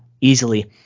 easily